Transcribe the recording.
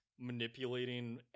manipulating